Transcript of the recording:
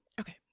Okay